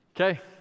Okay